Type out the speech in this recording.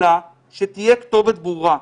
אלא שתהיה כתובת ברורה.